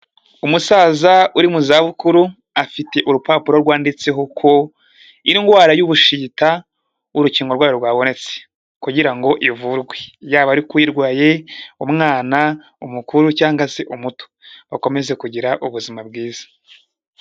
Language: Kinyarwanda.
Umusaza uri mu za bukuru afite urupapuro rwanditseho ko indwara y'ubushita urukingo rwayo rwabonetse kugira ngo ivurwe, yaba ari kuyirwaye umwana, umukuru cyangwa se umuto bakomeze kugira ubuzima bwiza.